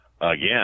again